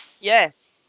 Yes